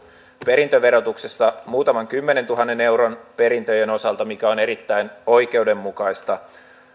perintöverotuksessa muutaman kymmenentuhannen euron perintöjen osalta mikä on erittäin oikeudenmukaista